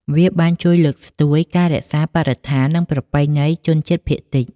វាបានជួយលើកស្ទួយការរក្សាបរិស្ថាន និងប្រពៃណីជនជាតិភាគតិច។